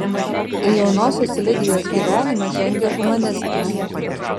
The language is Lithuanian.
į jaunosios lidijos gyvenimą žengia humanistas